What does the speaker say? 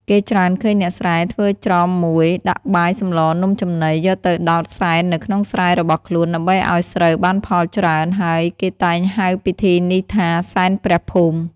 គេច្រើនឃើញអ្នកស្រែធ្វើច្រម១ ដាក់បាយ សម្ល នំចំណី យកទៅដោតសែននៅក្នុងស្រែរបស់ ខ្លួន ដើម្បីឲ្យស្រូវបានផលច្រើន ហើយគេតែងហៅពិធីនេះថា “សែនព្រះភូមិ” ។